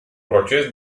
proces